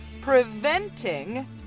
preventing